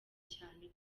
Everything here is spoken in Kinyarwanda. cyane